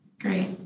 Great